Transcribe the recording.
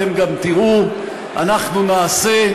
אתם גם תראו, אנחנו נעשה,